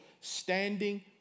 standing